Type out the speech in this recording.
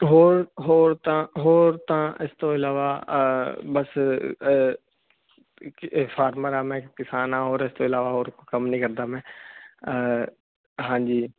ਹੋਰ ਹੋਰ ਤਾਂ ਹੋਰ ਤਾਂ ਇਸ ਤੋਂ ਇਲਾਵਾ ਬਸ ਫਾਰਮਰ ਆ ਮੈਂ ਕਿਸਾਨ ਔਰ ਇਸ ਤੋਂ ਇਲਾਵਾ ਕੰਮ ਨਹੀਂ ਕਰਦਾ ਮੈਂ ਹਾਂਜੀ